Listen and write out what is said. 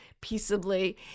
peaceably